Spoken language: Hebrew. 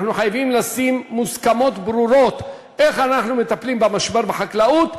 אנחנו חייבים לשים מוסכמות ברורות איך אנחנו מטפלים במשבר בחקלאות,